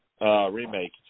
remake